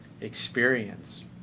experience